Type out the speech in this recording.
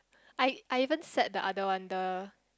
I I even sat the other one the